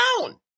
down